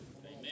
Amen